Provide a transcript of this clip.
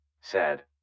sad